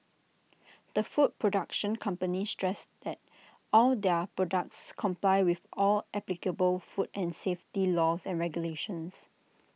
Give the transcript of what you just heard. the food production company stressed that all their products comply with all applicable food and safety laws and regulations